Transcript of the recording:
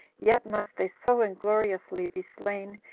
yet must they so ingloriously be slain,